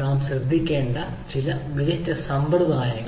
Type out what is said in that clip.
നാം ശ്രദ്ധിക്കേണ്ട ചില മികച്ച സമ്പ്രദായങ്ങൾ